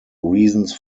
reasons